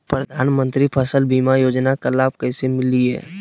प्रधानमंत्री फसल बीमा योजना का लाभ कैसे लिये?